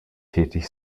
tätig